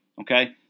Okay